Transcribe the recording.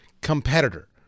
competitor